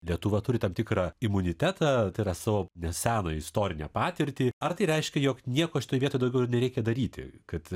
lietuva turi tam tikrą imunitetą tai yra savo neseną istorinę patirtį ar tai reiškia jog nieko šitoj vietoj daugiau ir nereikia daryti kad